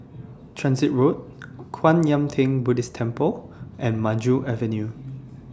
Transit Road Kwan Yam Theng Buddhist Temple and Maju Avenue